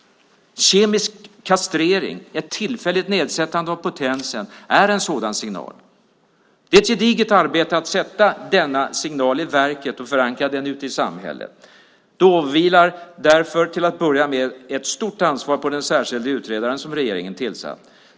Kemisk kastrering, ett tillfälligt nedsättande av potensen, är en sådan signal. Det är ett gediget arbete att sätta denna signal i verket och förankra den ute i samhället. Därför vilar det till att börja med ett stort ansvar på den särskilda utredaren som regeringen tillsatt.